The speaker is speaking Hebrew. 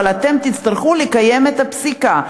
אבל אתם תצטרכו לקיים את הפסיקה,